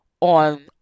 on